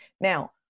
Now